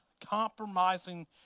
compromising